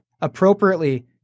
appropriately